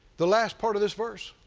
the last part of this verse.